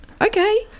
Okay